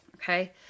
Okay